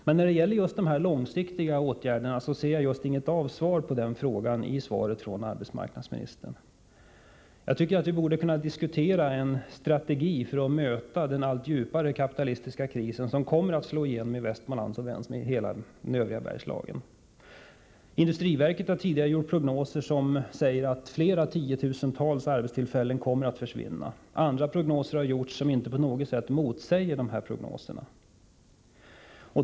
När det gäller just frågan om långsiktiga åtgärder får jag inget besked i svaret från arbetsmarknadsministern. Vi borde kunna diskutera en strategi för att möta den allt djupare kapitalistiska kris som kommer att slå igenom i Västmanland och det övriga Bergslagen. Industriverket har tidigare gjort prognoser som säger att flera tiotusentals arbetstillfällen kommer att försvinna. Andra prognoser har redovisats som inte på något sätt motsäger industriverkets.